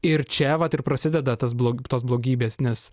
ir čia vat ir prasideda tas blog tos blogybės nes